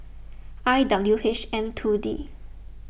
I W H M two D